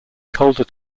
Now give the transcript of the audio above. colder